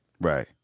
Right